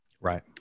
Right